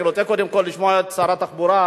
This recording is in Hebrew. אני רוצה קודם כול לשמוע את שר התחבורה,